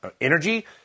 Energy